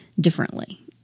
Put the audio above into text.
differently